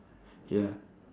ya